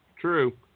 true